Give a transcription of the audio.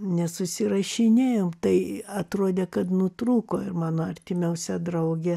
nesusirašinėjom tai atrodė kad nutrūko ir mano artimiausia draugė